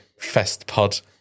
FestPod